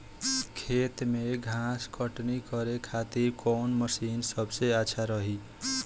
खेत से घास कटनी करे खातिर कौन मशीन सबसे अच्छा रही?